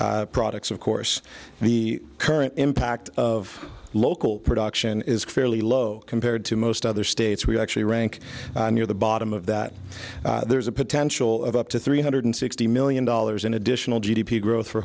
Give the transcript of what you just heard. products of course the current impact of local production is fairly low compared to most other states we actually rank near the bottom of that there's a potential of up to three hundred sixty million dollars in additional g d p growth for